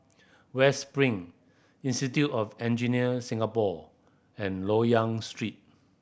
West Spring Institute of Engineer Singapore and Loyang Street